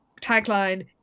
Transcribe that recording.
tagline